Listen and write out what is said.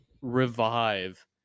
revive